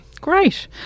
Great